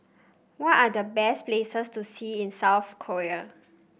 what are the best places to see in South Korea